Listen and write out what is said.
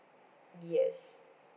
yes